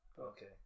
Okay